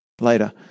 later